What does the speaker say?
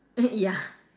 ya